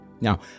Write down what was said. Now